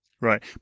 Right